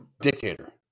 Dictator